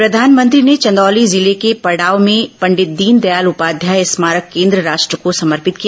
प्रधानमंत्री ने चंदौली जिले के पडाव में पंडित दीनदयाल उपाध्याय स्मारक केन्द्र राष्ट्र को समर्पित किया